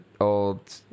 old